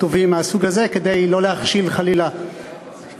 טובים מהסוג הזה כדי לא להכשיל חלילה עיוורים.